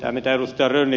tämä mitä ed